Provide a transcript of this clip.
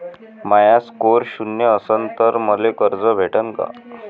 माया score शून्य असन तर मले कर्ज भेटन का?